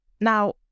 Now